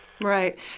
Right